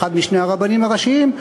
אחד משני הרבנים הראשיים,